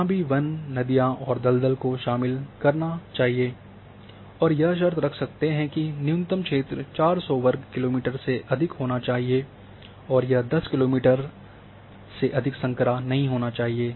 यहाँ भी वन नदियां और दलदल को शामिल करना चाहिए और यह शर्त रख सकते हैं कि न्यूनतम क्षेत्र 400 वर्ग किलोमीटर से अधिक होना चाहिए और यह 10 किलोमीटर से अधिक संकरा नहीं होना चाहिए